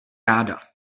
ráda